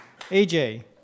AJ